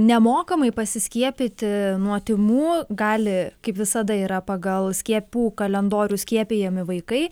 nemokamai pasiskiepyti nuo tymų gali kaip visada yra pagal skiepų kalendorių skiepijami vaikai